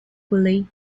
willie